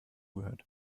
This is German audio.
gehört